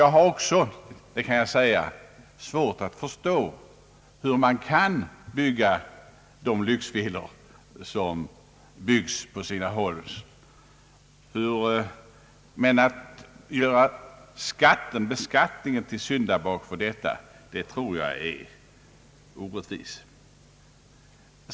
Jag kan hålla med honom så långt att också jag har svårt att förstå att det finns personer som kan skaffa sig sådana lyxvillor, som byggs på sina håll. Men att göra beskattningen till syndabock för detta tror jag är orättvist.